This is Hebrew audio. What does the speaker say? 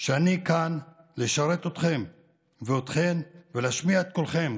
שאני כאן לשרת אתכם ואתכן ולהשמיע את קולכם,